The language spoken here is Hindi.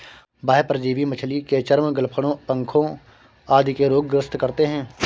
बाह्य परजीवी मछली के चर्म, गलफडों, पंखों आदि के रोग ग्रस्त करते है